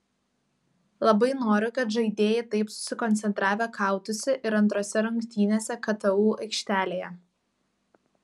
labai noriu kad žaidėjai taip susikoncentravę kautųsi ir antrose rungtynėse ktu aikštelėje